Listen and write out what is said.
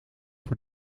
voor